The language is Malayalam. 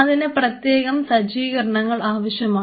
അതിന് പ്രത്യേകം സജ്ജീകരണങ്ങൾ ആവശ്യമാണ്